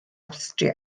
awstria